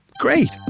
Great